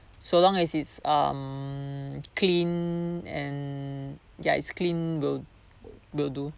so as long as it's um clean and ya it's clean will will do